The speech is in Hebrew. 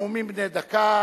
נאומים בני דקה.